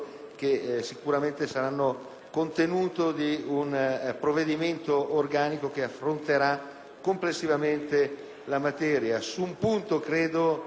sicuramente costituiranno il contenuto di un provvedimento organico che affronterà complessivamente la materia.